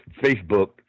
Facebook